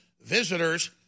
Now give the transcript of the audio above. visitors